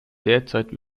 derzeit